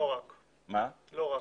לא רק,